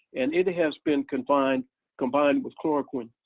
and it has been combined combined with chloroquine,